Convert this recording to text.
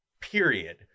period